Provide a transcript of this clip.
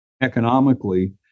economically